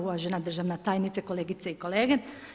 Uvažena državna tajnice, kolegice i kolege.